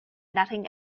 nothing